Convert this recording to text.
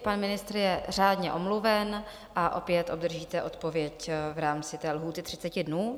Pan ministr je řádně omluven a opět obdržíte odpověď v rámci lhůty 30 dnů.